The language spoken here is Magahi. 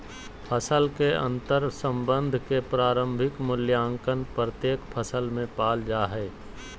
फसल के अंतर्संबंध के प्रारंभिक मूल्यांकन प्रत्येक फसल में पाल जा हइ